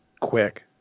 quick